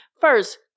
First